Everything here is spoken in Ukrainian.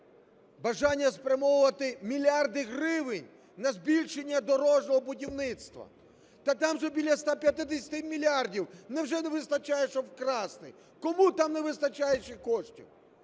бажання спрямовувати мільярди гривень на збільшення дорожнього будівництва. Та там же біля 150 мільярдів, невже не вистачає, щоб вкрасти? Кому там не вистачає ще коштів?